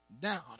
down